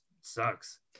sucks